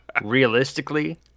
realistically